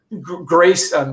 grace